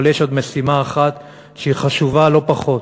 אבל יש עוד משימה אחת שהיא חשובה לא פחות: